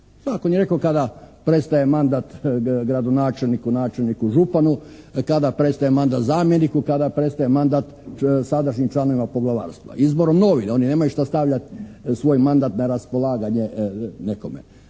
Zakon je rekao kada prestaje mandat gradonačelniku, načelniku, županu, kada prestaje mandat zamjeniku, kada prestaje mandat sadašnjim članovima poglavarstva. Izborom novih. Oni nemaju šta stavljati svoj mandat na raspolaganje nekome.